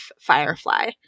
Firefly